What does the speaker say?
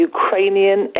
Ukrainian